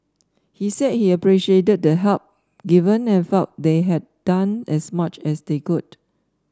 he said he appreciated the help given and felt they had done as much as they could